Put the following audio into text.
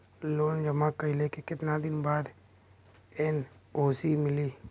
Loan जमा कइले के कितना दिन बाद एन.ओ.सी मिली?